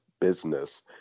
business